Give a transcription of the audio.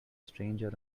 stranger